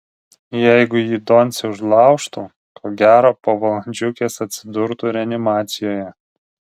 jeigu jį doncė užlaužtų ko gero po valandžiukės atsidurtų reanimacijoje